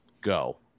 go